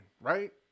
right